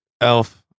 Elf